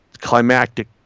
climactic